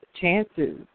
chances